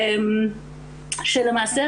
שלמעשה,